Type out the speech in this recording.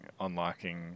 unlocking